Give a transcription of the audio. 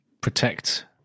protect